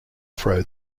throw